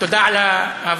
תודה על ההבנה.